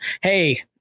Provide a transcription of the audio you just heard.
Hey